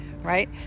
right